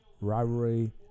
rivalry